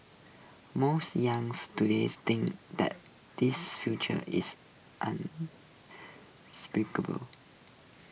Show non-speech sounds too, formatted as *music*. most youths today think that these future is *unintelligible*